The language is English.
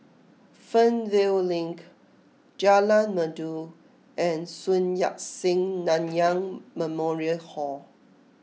Fernvale Link Jalan Merdu and Sun Yat Sen Nanyang Memorial Hall